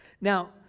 Now